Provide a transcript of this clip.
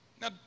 Now